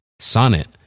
Sonnet